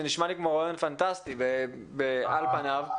זה נשמע לי כמו רעיון פנטסטי על פניו,